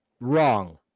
wrong